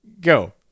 Go